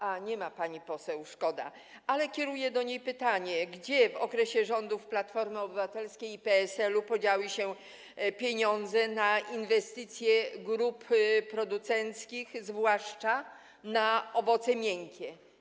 A, nie ma pani poseł, szkoda, ale kieruję do niej pytanie: Gdzie w okresie rządów Platformy Obywatelskiej i PSL-u podziały się pieniądze na inwestycje grup producenckich, zwłaszcza na owoce miękkie?